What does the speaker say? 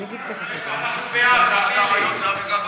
אתה לא צריך,